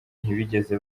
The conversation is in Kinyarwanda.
ntibigeze